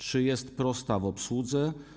Czy jest prosta w obsłudze?